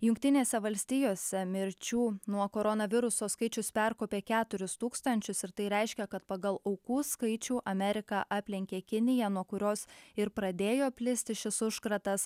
jungtinėse valstijose mirčių nuo koronaviruso skaičius perkopė keturis tūkstančius ir tai reiškia kad pagal aukų skaičių amerika aplenkė kiniją nuo kurios ir pradėjo plisti šis užkratas